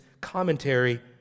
commentary